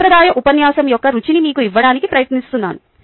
సాంప్రదాయ ఉపన్యాసం యొక్క రుచిని మీకు ఇవ్వడానికి ప్రయత్నిస్తున్నాను